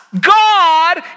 God